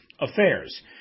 affairs